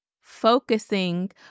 focusing